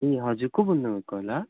ए हजुर को बोल्नुभएको होला